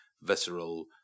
visceral